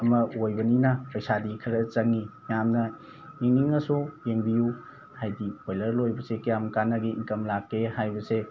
ꯑꯃ ꯑꯣꯏꯕꯅꯤꯅ ꯄꯩꯁꯥꯗꯤ ꯈꯔ ꯆꯪꯉꯤ ꯃꯌꯥꯝꯅ ꯌꯦꯡꯅꯤꯡꯉꯁꯨ ꯌꯦꯡꯕꯤꯌꯨ ꯍꯥꯏꯗꯤ ꯕꯣꯏꯂꯔ ꯂꯣꯏꯕꯁꯦ ꯀꯌꯥꯝ ꯀꯥꯟꯅꯒꯦ ꯏꯟꯀꯝ ꯂꯥꯛꯀꯦ ꯍꯥꯏꯕꯁꯦ